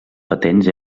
patents